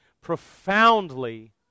profoundly